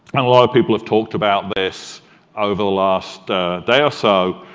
and a lot of people have talked about this over the last day or so.